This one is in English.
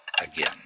again